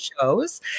shows